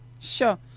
Sure